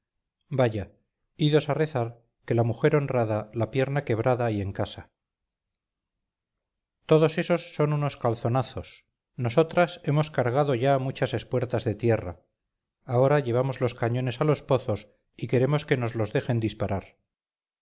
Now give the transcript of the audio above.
rezar que la mujer honrada la pierna quebrada y en casa todos esos son unos calzonazos nosotras hemos cargado ya muchas espuertas de tierra ahora llevamos dos cañones a los pozos y queremos que nos los dejen disparar